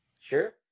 Sure